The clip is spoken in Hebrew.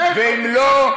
ואם לא,